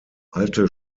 alte